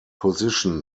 principally